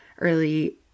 early